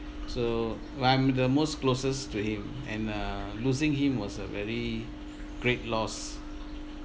so I'm the most closest to him and err losing him was a very great loss